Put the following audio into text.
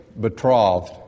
betrothed